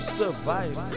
survive